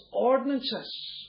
ordinances